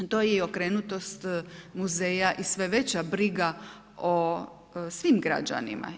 To je i okrenutost muzeja i sve veća briga o svim građanima.